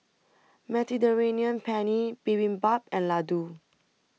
Mediterranean Penne Bibimbap and Ladoo